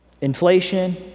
inflation